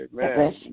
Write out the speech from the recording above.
Amen